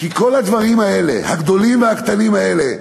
כי כל הדברים האלה, הגדולים והקטנים האלה,